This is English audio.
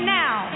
now